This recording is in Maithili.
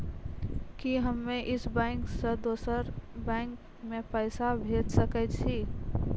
कि हम्मे इस बैंक सें दोसर बैंक मे पैसा भेज सकै छी?